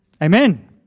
Amen